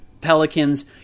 Pelicans